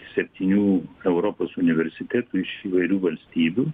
septynių europos universitetų iš įvairių valstybių